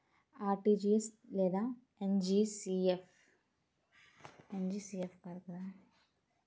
డబ్బులు డిపాజిట్ చేశాక బ్యాంక్ వడ్డీ రేటు పెరిగితే నాకు కూడా వడ్డీ రేటు పెరుగుతుందా?